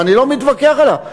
ואני לא מתווכח עליה,